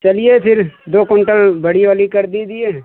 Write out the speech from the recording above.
चलिए फिर दो कुंटल बड़ी वाली कर दीजिए